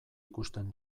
ikusten